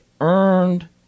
earned